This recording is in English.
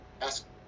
ask